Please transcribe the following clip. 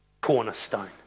cornerstone